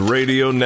Radio